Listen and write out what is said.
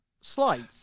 slides